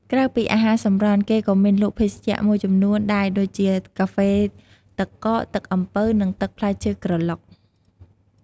ក្រៅពីអាហារសម្រន់ គេក៏មានលក់ភេសជ្ជៈមួយចំនួនដែរដូចជា កាហ្វេទឹកកក ទឹកអំពៅ និងទឹកផ្លែឈើក្រឡុក។